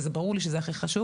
וזה ברור לי שזה הכי חשוב